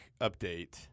update